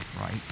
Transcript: right